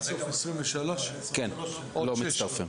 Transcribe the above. עוד שש.